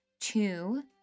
two